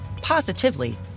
positively